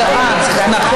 מרב מיכאלי (המחנה הציוני): אני, אני.